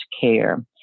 care